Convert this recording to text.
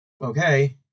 Okay